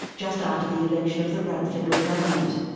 just after the election of the rudd federal government.